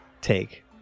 take